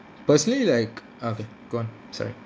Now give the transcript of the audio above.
personally like okay go on sorry